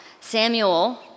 Samuel